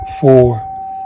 four